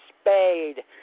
Spade